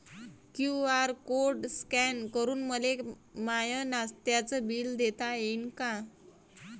QR code scan करून मले माय नास्त्याच बिल देता येईन का?